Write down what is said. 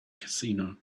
casino